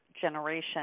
generation